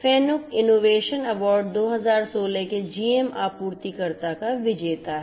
FANUC innovation award 2016 के GM आपूर्तिकर्ता का विजेता है